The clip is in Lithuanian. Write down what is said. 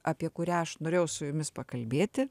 apie kurią aš norėjau su jumis pakalbėti